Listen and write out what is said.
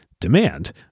demand